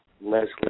Leslie